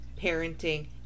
parenting